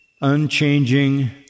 unchanging